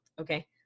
okay